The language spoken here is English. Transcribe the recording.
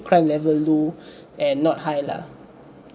crime level low and not high lah